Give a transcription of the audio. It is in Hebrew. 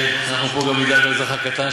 אנחנו פה גם נדאג לאזרח הקטן,